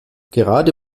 gerade